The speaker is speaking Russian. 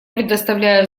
предоставляю